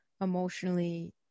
emotionally